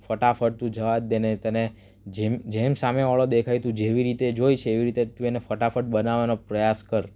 ફટાફટ તું જવા જ દે ને તને જેમ જેમ સામેવાળો દેખાય તું જેવી રીતે જોઈશ એવી રીતે તું એને ફટાફટ બનાવવાનો પ્રયાસ કર